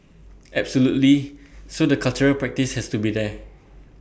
absolutely so the cultural practice has to be there